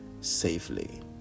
safely